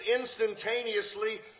instantaneously